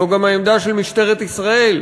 זו גם העמדה של משטרת ישראל,